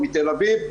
תל אביב,